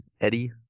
Eddie